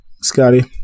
Scotty